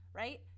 right